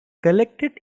collected